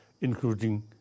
including